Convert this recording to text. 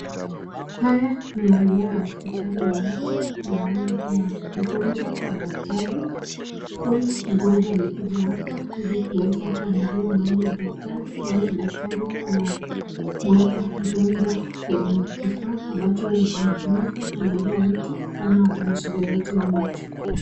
Haya ni maeneo ya hospitali ya macho naona kuna mgonjwa na daktari, huyu mgonjwa amekuja hapa ili kuweza kuangaliwa na huyu daktari, naona daktari anamweka mgonjwa kwenye kifaa ambacho kinatumika kuangalia mtu kama anashida yeyote ya macho.